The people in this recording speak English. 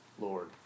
Lord